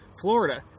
Florida